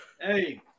hey